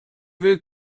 will